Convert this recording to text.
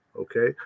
Okay